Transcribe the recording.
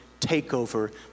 takeover